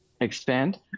Expand